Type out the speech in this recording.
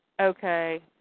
okay